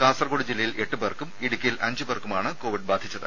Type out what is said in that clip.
കാസർഗോഡ് ജില്ലയിൽ എട്ടു പേർക്കും ഇടുക്കിയിൽ അഞ്ചു പേർക്കുമാണ് കൊവിഡ് ബാധിച്ചത്